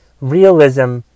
realism